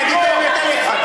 אני אגיד את האמת עליך.